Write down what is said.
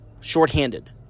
Shorthanded